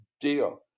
deal